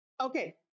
Okay